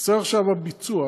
חסר עכשיו הביצוע.